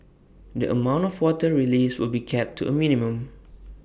the amount of water released will be kept to A minimum